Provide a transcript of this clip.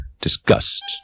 disgust